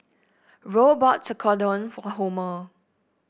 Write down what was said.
Roe bought Tekkadon for Homer